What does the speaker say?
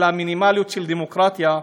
אלא המינימליות, של דמוקרטיה.